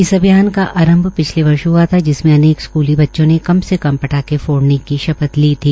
इस अभियान का आरंभ पिछले वर्ष हआ था जिसमें अनेक स्कूली बच्चों ने कम से कम पटाखें फोड़ने की शपथ ली थी